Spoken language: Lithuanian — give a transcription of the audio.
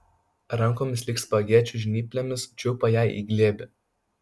rankomis lyg spagečių žnyplėmis čiupo ją į glėbį